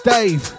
Dave